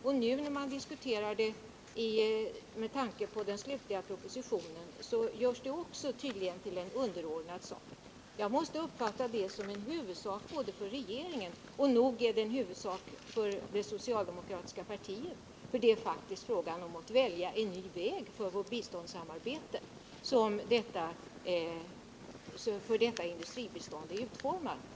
Och när man diskuterar anslaget med tanke på den slutliga propositionen, vill man tydligen också göra det till en underordnad sak. Jag hävdar att det är precis tvärtom. Inom det socialdemokratiska partiet uppfattar vi att det är fråga om att välja en ny väg för vårt biståndssamarbete, så som detta industribistånd är utformat.